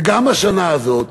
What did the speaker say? וגם השנה הזאת,